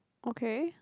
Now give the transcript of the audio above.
okay